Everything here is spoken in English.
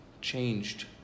changed